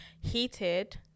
heated